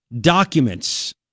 documents